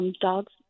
Dogs